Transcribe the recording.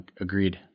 Agreed